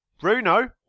Bruno